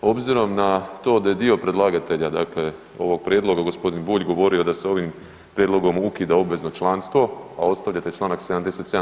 Obzirom na to da je dio predlagatelja, dakle ovog prijedloga g. Bulj govorio da se ovim prijedlogom ukida obvezno članstvo, a ostavljate čl. 77.